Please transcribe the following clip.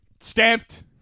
Stamped